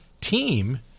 team –